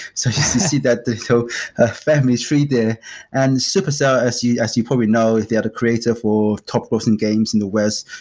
so see that so ah family tree there and supercell, as you as you probably know, they are the creator for top grossing games in the west,